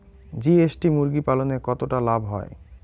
GST মুরগি পালনে কতটা লাভ হয়?